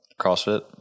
crossfit